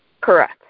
Correct